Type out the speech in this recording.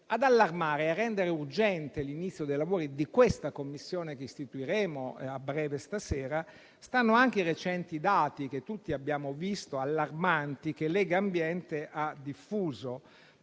Ad allarmare e a rendere urgente l'inizio dei lavori della Commissione che istituiremo a breve stasera stanno anche i recenti dati allarmanti che Legambiente ha diffuso